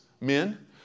men